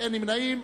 אחד נמנע.